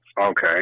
Okay